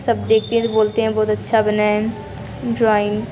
सब देखती हैं तो बोलते हैं बहुत अच्छा बनाएँ ड्राॅइंग